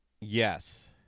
Yes